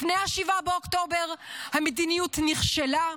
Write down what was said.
לפני 7 באוקטובר המדיניות נכשלה,